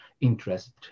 interest